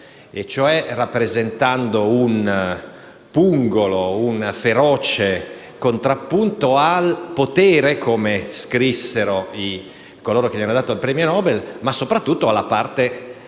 teatro, rappresentando un pungolo, un feroce contrappunto al potere - come scrissero coloro che gli hanno assegnato il premio Nobel - ma soprattutto alla parte politica